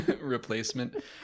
replacement